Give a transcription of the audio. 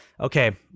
okay